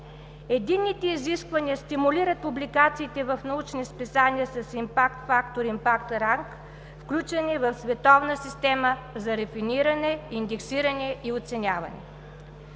Единните изисквания стимулират публикациите в научни списания с импакт фактор и импакт ранг, включени в световна система за рефериране, индексиране и оценяване.